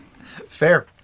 Fair